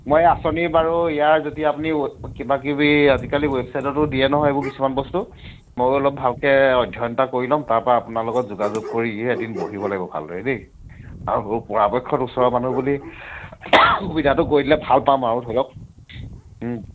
মই আঁচনি বাৰু ইয়াৰ যদি আপুনি কিবাকিবি আজিকালি ৱেবছাইটতো দিয়ে নহয় সেইবোৰ কিছুমান বস্তু ময়ো অলপ ভালকৈ অধ্যয়ন এটা কৰি ল'ম তাৰপৰা আপোনাৰ লগত যোগাযোগ কৰি এদিন বহিব লাগিব ভালদৰে দেই আৰু পৰাপক্ষত ওচৰৰ মানুহ বুলি সুবিধাটো কৰি দিলে ভাল পাম আৰু ধৰি লওক